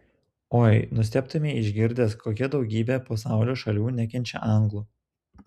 oi nustebtumei išgirdęs kokia daugybė pasaulio šalių nekenčia anglų